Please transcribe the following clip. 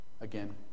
again